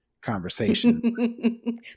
conversation